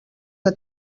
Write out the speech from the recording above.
que